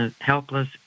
helpless